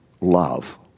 love